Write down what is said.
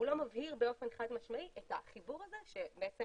לא מבהיר באופן חד משמעי את החיבור הזה שבשיח